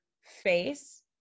face